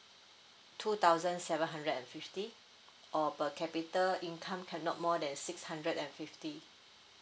two thousand seven hundred and fifty or per capita income cannot more than six hundred and fifty